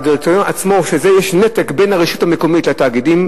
בדירקטוריון עצמו יש נתק בין הרשות המקומית לתאגידים,